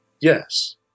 Yes